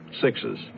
Sixes